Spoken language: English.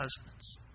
husbands